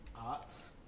arts